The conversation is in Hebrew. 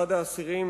אחד האסירים,